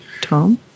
Tom